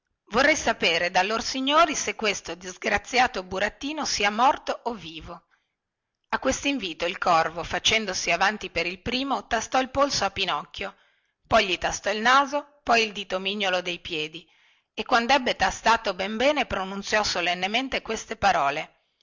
vorrei sapere da lor signori se questo disgraziato burattino sia morto o vivo a questinvito il corvo facendosi avanti per il primo tastò il polso a pinocchio poi gli tastò il naso poi il dito mignolo dei piedi e quandebbe tastato ben bene pronunziò solennemente queste parole